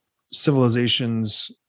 civilizations